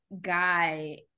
guy